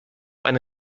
eine